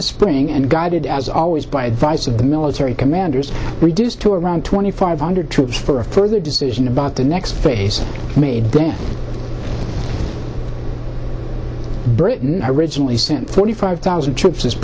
the spring and guided as always by advice of the military commanders reduce to around twenty five hundred troops for a further decision about the next phase made then britain originally sent thirty five thousand troops as